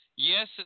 Yes